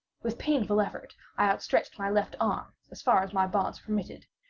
with painful effort i outstretched my left arm as far as my bonds permitted,